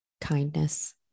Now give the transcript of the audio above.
kindness